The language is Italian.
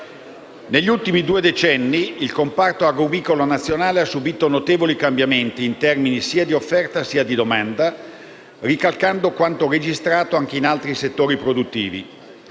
Negli ultimi due decenni il comparto agrumicolo nazionale ha subito notevoli cambiamenti in termini sia di offerta sia di domanda, ricalcando quanto registrato anche in altri settori produttivi.